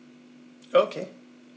okay